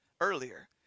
earlier